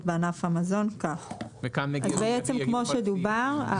בענף המזון) כך: אז בעצם כמו שדובר,